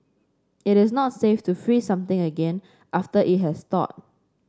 it is not safe to freeze something again after it has thawed